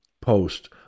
post